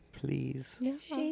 Please